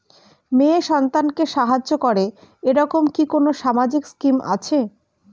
মেয়ে সন্তানকে সাহায্য করে এরকম কি কোনো সামাজিক স্কিম আছে?